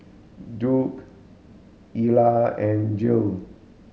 Duke Elia and Jill